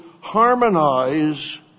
harmonize